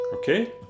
Okay